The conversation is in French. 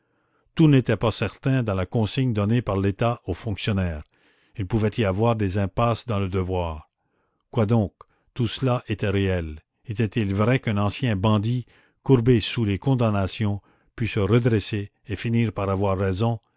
tout n'était pas certain dans la consigne donnée par l'état au fonctionnaire il pouvait y avoir des impasses dans le devoir quoi donc tout cela était réel était-il vrai qu'un ancien bandit courbé sous les condamnations pût se redresser et finir par avoir raison